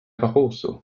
barroso